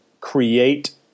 create